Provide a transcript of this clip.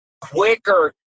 quicker